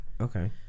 Okay